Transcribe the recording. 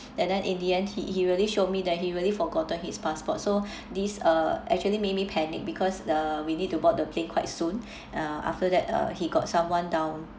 and then in the end he he really showed me that he really forgotten his passport so these uh actually made me panic because the we need to board the plane quite soon uh after that uh he got someone down